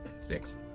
Six